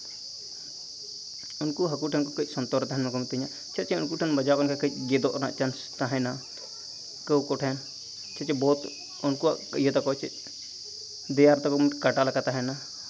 ᱩᱱᱠᱩ ᱦᱟᱹᱠᱩ ᱴᱷᱮᱱ ᱠᱷᱚᱱ ᱠᱟᱹᱡ ᱥᱚᱱᱛᱚᱨ ᱨᱮ ᱛᱟᱦᱮᱱ ᱢᱮ ᱠᱚ ᱢᱤᱛᱟᱹᱧᱟ ᱪᱟᱜ ᱥᱮ ᱱᱩᱠᱩ ᱴᱷᱮᱱ ᱵᱟᱡᱟᱣ ᱞᱮᱠᱷᱟᱱ ᱠᱟᱹᱡ ᱜᱮᱫᱚᱜ ᱨᱮᱱᱟᱜ ᱪᱟᱱᱥ ᱛᱟᱦᱮᱱᱟ ᱠᱟᱣ ᱠᱚᱴᱷᱮᱱ ᱪᱮ ᱵᱚᱫ ᱩᱱᱠᱩᱣᱟᱜ ᱤᱭᱟᱹ ᱛᱟᱠᱚ ᱫᱮᱭᱟ ᱨᱮ ᱛᱟᱠᱚ ᱠᱟᱸᱴᱟ ᱞᱮᱠᱟ ᱛᱟᱦᱮᱱᱟ